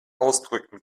ausdrücken